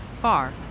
far